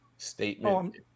statement